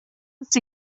ist